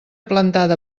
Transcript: plantada